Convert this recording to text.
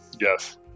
Yes